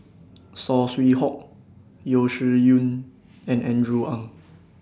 Saw Swee Hock Yeo Shih Yun and Andrew Ang